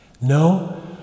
No